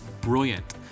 brilliant